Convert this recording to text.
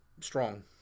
strong